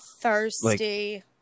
thirsty